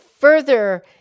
further